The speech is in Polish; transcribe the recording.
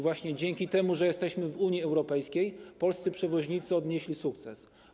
Właśnie dzięki temu, że jesteśmy w Unii Europejskiej, polscy przewoźnicy odnieśli sukces.